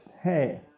hey